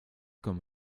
comme